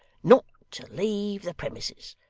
not to leave the premises.